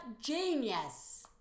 genius